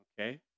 Okay